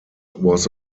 was